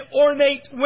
ornate